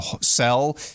sell